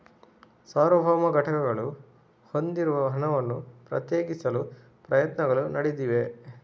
ಸಾರ್ವಭೌಮ ಘಟಕಗಳು ಹೊಂದಿರುವ ಹಣವನ್ನು ಪ್ರತ್ಯೇಕಿಸಲು ಪ್ರಯತ್ನಗಳು ನಡೆದಿವೆ